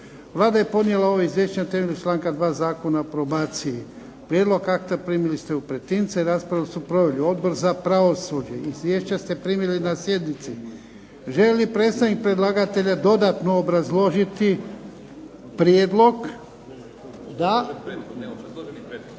Vlada je podnijela ovo izvješće na temelju članka 2. Zakona o probaciji. Prijedlog akta primili ste u pretince. Raspravu su proveli Odbor za pravosuđe. Izvješća ste primili na sjednici. Želi li predstavnik predlagatelja dodatno obrazložiti prijedlog? Da.